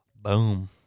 Boom